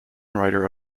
writer